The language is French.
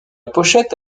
pochette